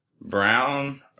Brown